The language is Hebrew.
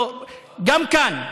או גם כאן,